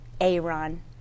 Aaron